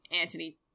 Antony